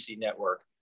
network